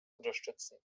unterstützen